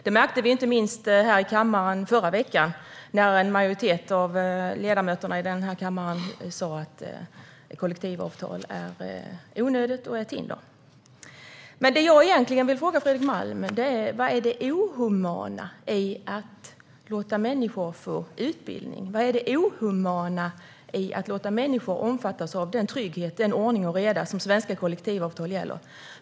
Det märkte vi inte minst här i kammaren i förra veckan när en majoritet av ledamöterna sa att kollektivavtal är onödiga och ett hinder. Det jag egentligen vill fråga Fredrik Malm är vad det inhumana är i att låta människor få utbildning. Vad är det inhumana i att låta människor omfattas av den trygghet, ordning och reda som svenska kollektivavtal ger?